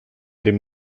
dem